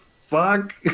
fuck